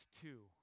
two